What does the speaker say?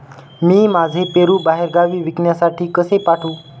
मी माझे पेरू बाहेरगावी विकण्यासाठी कसे पाठवू?